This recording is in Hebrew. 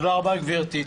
תודה רבה, גברתי.